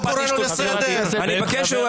אני קורא אותך לסדר פעם שנייה.